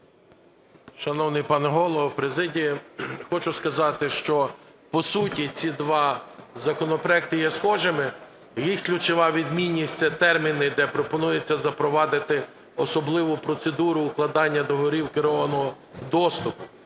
Шановний пане Голово, президія! Хочу сказати, що по суті ці два законопроекти є схожими. Їх ключова відмінність – це терміни, де пропонується запровадити особливу процедуру укладання договорів керованого доступу.